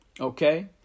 Okay